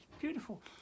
Beautiful